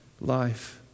life